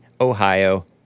Ohio